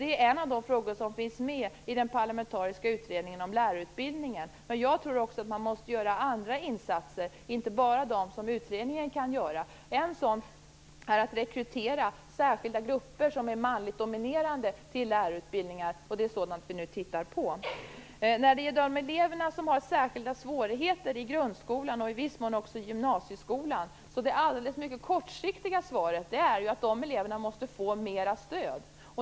Det är en av de frågor som finns med i den parlamentariska utredningen om lärarutbildningen. Jag tror att man även måste göra andra insatser, inte bara de som utredningen kan göra. En sådan är att rekrytera särskilda grupper som är manligt dominerade till lärarutbildningar. Det är sådant vi nu tittar på. När det gäller de elever i grundskolan och i viss mån också i gymnasieskolan som har särskilda svårigheter är det mycket kortsiktiga svaret att de måste få mer stöd.